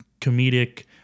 comedic